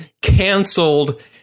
canceled